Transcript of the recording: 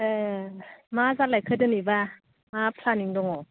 ए मा जालायखो दिनैबा मा प्लेनिं दङ